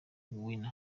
winner